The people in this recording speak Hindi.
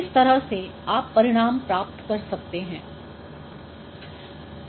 इस तरह से आप परिणाम प्राप्त कर सकते हैं